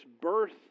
birth